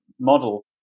model